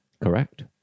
Correct